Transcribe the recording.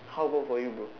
how about for your bro